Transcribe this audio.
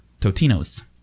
Totino's